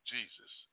Jesus